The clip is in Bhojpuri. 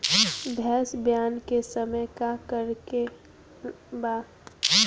भैंस ब्यान के समय का करेके बा?